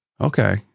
Okay